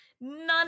none